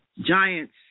Giants